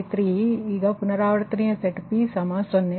ಆದ್ದರಿಂದ ಈಗ ಪುನರಾವರ್ತನೆ ಸೆಟ್ p 0 ಎಂದು ತೆಗೆದುಕೊಳ್ಳಿ